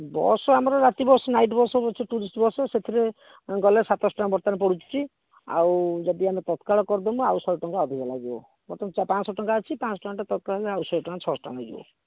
bus ଆମର ରାତି bus night bus ସବୁ ଅଛି ଆମର ଟୁରିଷ୍ଟ୍ ବସ୍ ସେଥିରେ ଗଲେ ସାତଶହ ଟଙ୍କା ବର୍ତ୍ତମାନ ପଡ଼ୁଛି ଆଉ ଯଦି ଆମେ ତତତ୍କାଳ କରିଦେବୁ ଆଉ ଶହେ ଟଙ୍କା ଅଧିକ ଲାଗିବ ବର୍ତ୍ତମାନ ପାଁଶହ ଟଙ୍କା ଅଛି ପାଁଶହ ଟଙ୍କା ଟା ତତତ୍କାଳରେ ଆଉ ଶହେ ଟଙ୍କା ଛଅଶହ ଟଙ୍କା ହେଇଯିବ